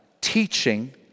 teaching